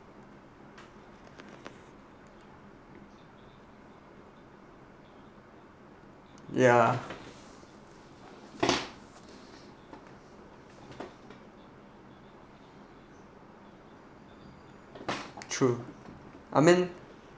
yeah true I mean